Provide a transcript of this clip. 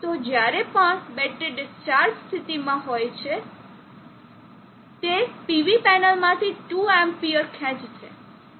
તો જ્યારે પણ બેટરી ડિસ્ચાર્જ સ્થિતિમાં હોય છે પરંતુ સ્પીકરનો અર્થ ચાર્જ હતો તે PV પેનલમાંથી 2 amps ખેંચશે